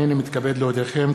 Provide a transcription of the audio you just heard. הנני מתכבד להודיעכם,